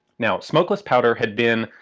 now smokeless powder had been.